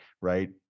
right